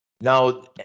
Now